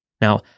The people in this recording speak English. Now